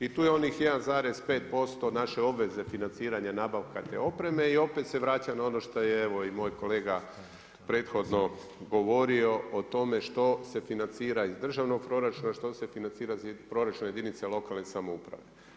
I tu je onih 1,5% naše obveze financiranja nabavke te opreme i opet se vraća na ono što je evo i moj kolega prethodno govorio o tome što se financira iz državnog proračuna, što se financira iz proračuna jedinica lokalne samouprave.